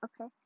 okay